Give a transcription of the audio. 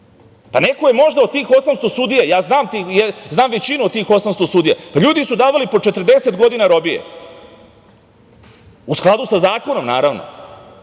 pa neko je možda od tih 800 sudija, ja znam većinu od tih 800 sudija, pa ljudi su davali po 40 godina robije u skladu sa zakonom, naravno,